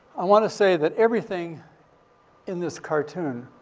i wanna say that everything in this cartoon,